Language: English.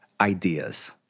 Ideas